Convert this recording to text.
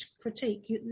critique